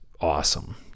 awesome